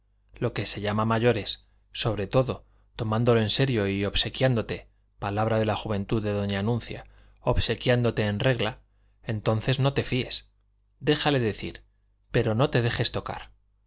lo que se llama mayores sobre todo tomándolo en serio y obsequiándote palabra de la juventud de doña anuncia obsequiándote en regla entonces no te fíes déjale decir pero no te dejes tocar